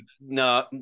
no